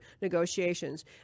negotiations